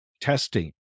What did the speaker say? testing